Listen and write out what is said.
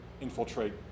infiltrate